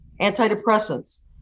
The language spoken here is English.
antidepressants